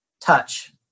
touch